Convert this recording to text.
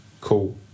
cool